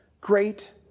great